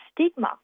stigma